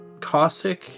Cossack